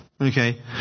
Okay